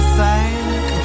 thank